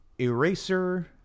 eraser